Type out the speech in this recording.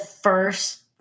first